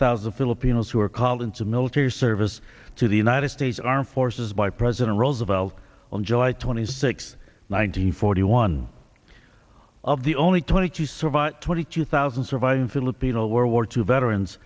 thousand filipinos who are called into military service to the united states armed forces by president roosevelt on july twenty six nine hundred forty one of the only twenty two surviving twenty two thousand surviving filipino world war two veterans